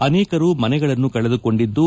ಅನೇಕರು ಮನೆಗಳನ್ನು ಕಳೆದುಕೊಂಡಿದ್ದು